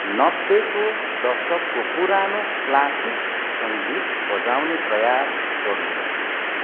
नब्बेको दशकको पुरानो क्लासिक सङगीत बजाउने प्रयास गर्नुहोस्